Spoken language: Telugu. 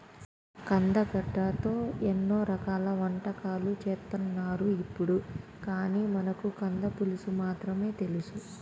కందగడ్డతో ఎన్నో రకాల వంటకాలు చేత్తన్నారు ఇప్పుడు, కానీ మనకు కంద పులుసు మాత్రమే తెలుసు